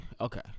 Okay